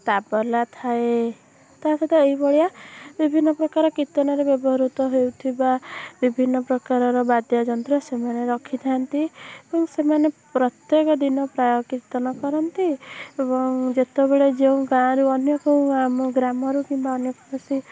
ତାବଲା ଥାଏ ତା'ସହିତ ଏହି ଭଳିଆ ବିଭିନ୍ନପ୍ରକାର କୀର୍ତ୍ତନରେ ବ୍ୟବହୃତ ହେଉଥିବା ବିଭିନ୍ନପ୍ରକାରର ବାଦ୍ୟଯନ୍ତ୍ର ସେମାନେ ରଖିଥାନ୍ତି କିନ୍ତୁ ସେମାନେ ପ୍ରତ୍ୟେକ ଦିନ ପ୍ରାୟ କୀର୍ତ୍ତିନ କରନ୍ତି ଏବଂ ଯେତେବେଳେ ଯେଉଁ ଗାଁରୁ ଅନ୍ୟ କେଉଁ ଗାଁ ଆମ ଗ୍ରାମରୁ କିମ୍ବା ଅନ୍ୟ କୌଣସି